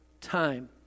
time